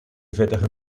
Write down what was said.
vettige